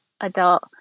adult